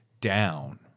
down